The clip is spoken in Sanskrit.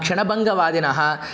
क्षणभङ्गवादिनः